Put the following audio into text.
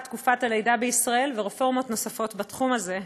תקופת הלידה בישראל ורפורמות נוספות בתחום הזה.